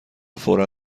فورا